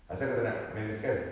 apasal kau tak nak main basikal